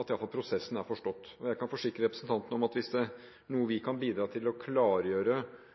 at prosessen er forstått. Og jeg kan forsikre representanten Dahl om at hvis det er noe vi kan bidra med for å klargjøre